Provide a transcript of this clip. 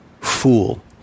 fool